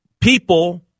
people